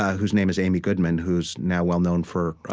whose name is amy goodman, who's now well-known for,